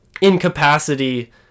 incapacity